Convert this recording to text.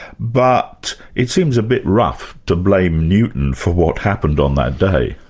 but it seems a bit rough to blame newton for what happened on that day.